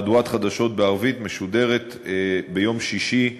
מהדורת חדשות בערבית משודרת ביום שישי בצהריים.